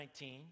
19